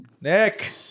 Nick